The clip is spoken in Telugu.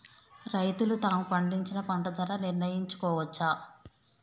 రైతులు తాము పండించిన పంట ధర నిర్ణయించుకోవచ్చా?